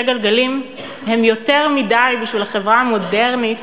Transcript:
גלגלים הם יותר מדי בשביל החברה המודרנית,